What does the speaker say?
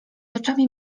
oczami